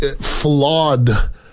flawed